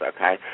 okay